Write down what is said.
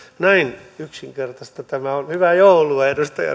näin yksinkertaista tämä on hyvää joulua edustaja